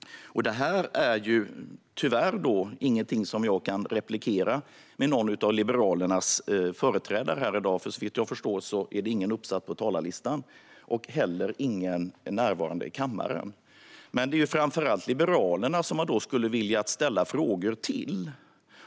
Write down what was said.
Det är tyvärr inget som jag kan debattera med någon av Liberalernas företrädare här i dag, för såvitt jag förstår är ingen uppsatt på talarlistan eller närvarande i kammaren. Men det är framför allt Liberalerna jag skulle vilja ställa frågor till.